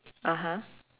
(uh huh)